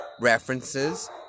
references